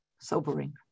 sobering